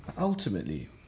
Ultimately